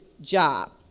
job